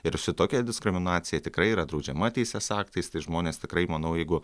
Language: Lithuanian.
ir su tokia diskriminacija tikrai yra draudžiama teisės aktais tai žmonės tikrai manau jeigu